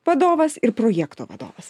vadovas ir projekto vadovas